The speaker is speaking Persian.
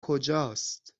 کجاست